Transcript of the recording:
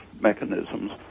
mechanisms